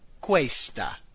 Questa